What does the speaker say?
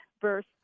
verse